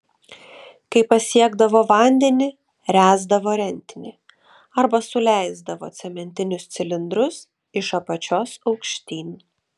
kai pasiekdavo vandenį ręsdavo rentinį arba suleisdavo cementinius cilindrus iš apačios aukštyn